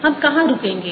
हम कहाँ रुकेंगे